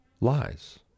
lies